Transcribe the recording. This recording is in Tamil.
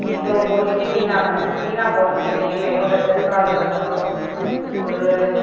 எந்த ஒரு பொருளும் வீணாக்கன வீணாக போனது இல்லை என் பையனோட ட்ரெஸ்ஸாக இருக்கட்டும் ஒரு